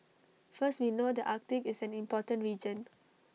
first we know the Arctic is an important region